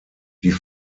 die